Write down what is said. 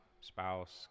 spouse